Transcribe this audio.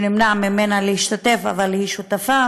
שנמנע ממה להשתתף אבל היא שותפה